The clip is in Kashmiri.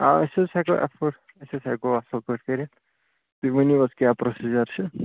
آ أسۍ حظ ہٮ۪کو اٮ۪فٲڈ أسۍ حظ ہٮ۪کو اَصٕل پٲٹھۍ کٔرِتھ تُہۍ ؤنِو حظ کیٛاہ پرٚوسِجر چھِ